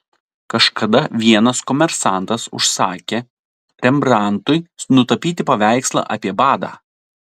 kažkada vienas komersantas užsakė rembrandtui nutapyti paveikslą apie badą